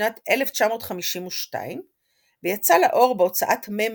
בשנת 1952 ויצא לאור בהוצאת מ.